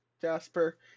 Jasper